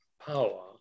power